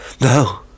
No